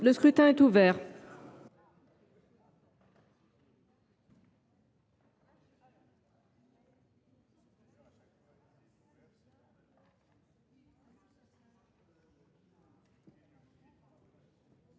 Le scrutin est ouvert.